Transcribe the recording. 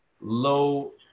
low